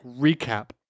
recap